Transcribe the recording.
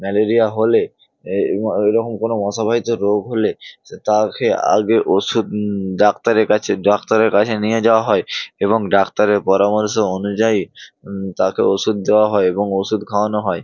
malaria হলে এই এই রকম কোনো মশাবাহিত রোগ হলে স তাকে আগে ওষুধ ডাক্তারের কাছে ডাক্তারের কাছে নিয়ে যাওয়া হয় এবং ডাক্তারের পরামর্শ অনুযায়ী তাকে ওষুধ দেওয়া হয় এবং ওষুধ খাওয়ানো হয়